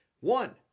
One